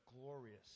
glorious